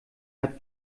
hat